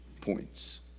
points